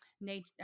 nature